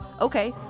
okay